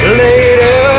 later